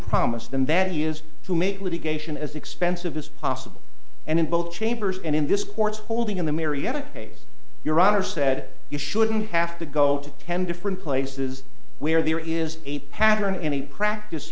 promised them that he is to make litigation as expensive as possible and in both chambers and in this court's holding in the mariana case your honor said you shouldn't have to go to ten different places where there is a pattern any practice